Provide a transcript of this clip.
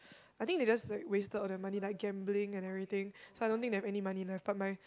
I think they just like wasted all their money like gambling and everything so I don't think they have any money left but my